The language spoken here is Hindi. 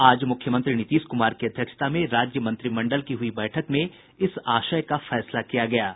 आज मुख्यमंत्री नीतीश कुमार की अध्यक्षता में राज्य मंत्रिमंडल की हुई बैठक में इस आशय का फैसला किया गया है